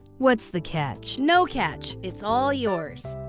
what's the catch? no catch, it's all yours.